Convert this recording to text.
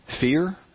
fear